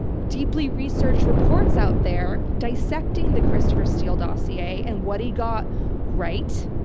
deeply researched reports out there dissecting the christopher steele dossier and what he got right,